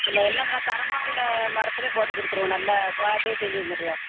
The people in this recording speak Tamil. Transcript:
நம்ம எல்லாம் நல்லா தரமாக உள்ள மரத்துலேயே போட்டு கொடுத்துருவோம் நல்ல குவாலிட்டியாக செஞ்சு தந்துடுறோம்